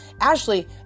Ashley